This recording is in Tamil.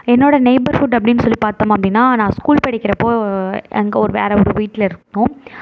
என்னோட நெய்பெர்ஹுட் அப்படினு சொல்லி பார்த்தோம் அப்படினா நான் ஸ்கூல் படிக்கிறப்போ அங்கே வேற ஒரு வீட்டில் இருப்போம்